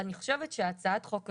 אני חושבת שהצעת החוק הזאת,